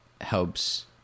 helps